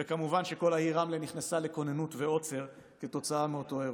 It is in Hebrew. וכמובן שכל העיר רמלה נכנסה לכוננות ועוצר כתוצאה מאותו אירוע.